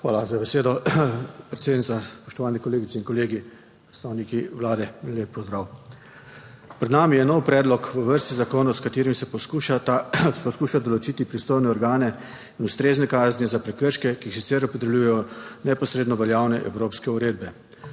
Hvala za besedo, predsednica. Spoštovane kolegice in kolegi, predstavniki Vlade, lep pozdrav! Pred nami je nov predlog v vrsti zakonov, s katerim se poskuša določiti pristojne organe in ustrezne kazni za prekrške, ki jih sicer opredeljujejo neposredno veljavne evropske uredbe.